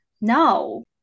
No